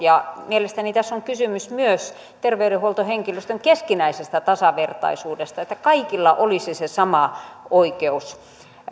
mielestäni tässä on kysymys myös terveydenhuoltohenkilöstön keskinäisestä tasavertaisuudesta että kaikilla olisi se sama oikeus